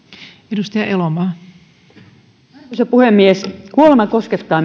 arvoisa puhemies kuolema koskettaa